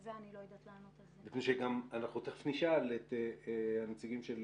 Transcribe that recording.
אני לא יודעת לענות על זה אנחנו תכף נשאל את הנציגים של